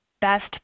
best